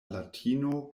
latino